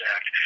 Act